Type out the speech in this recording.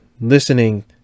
listening